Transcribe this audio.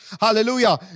hallelujah